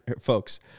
folks